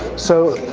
so.